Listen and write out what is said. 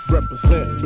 Represent